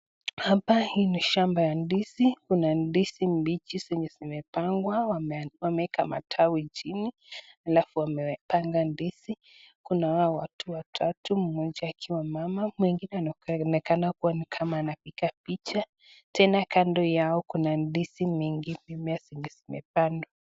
Hapa hii ni shamba ya ndizi. Kuna ndizi mbichi zenye zimepangwa, wameeka matawi chini halafu wamepanga ndizi. Kuna hao watu watatu moja akiwa mama, mwengine anaonekana kuwa ni kama anapiga picha. Tena kando yao kuna ndizi mengi tena zenye zimepandwa.